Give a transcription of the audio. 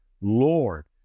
Lord